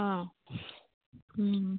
অঁ